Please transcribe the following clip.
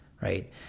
right